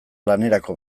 lanerako